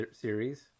series